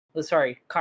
sorry